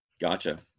Gotcha